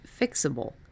fixable